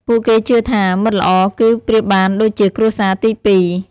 ពួកគេជឿថា មិត្តល្អគឺប្រៀបបានដូចជាគ្រួសារទីពីរ។